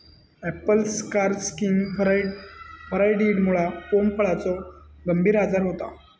Apple scar skin व्हायरॉइडमुळा pome फळाचो गंभीर आजार होता